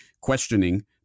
questioning